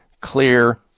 clear